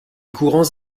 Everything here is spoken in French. courants